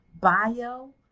bio